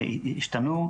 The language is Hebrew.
השתנו.